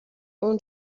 اون